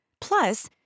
Plus